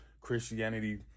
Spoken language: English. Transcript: Christianity